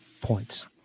points